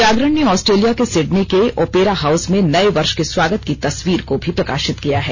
जागरण ने ऑस्ट्रेलिया के सिडनी के ओपेरा हाउस में नए वर्ष के स्वागत की तस्वीर को भी प्रकाशित किया है